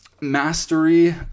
mastery